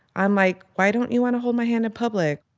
i'm like, why don't you want to hold my hand in public?